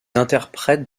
interprètent